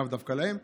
לאו דווקא להם.